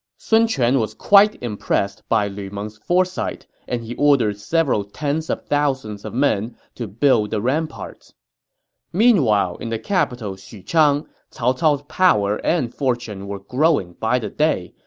sun quan was quite impressed by lu meng's foresight and ordered several tens of thousands of men to build the ramparts meanwhile in the capital xuchang, cao cao's power and fortune were growing by the day,